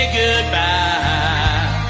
goodbye